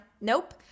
Nope